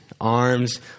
Arms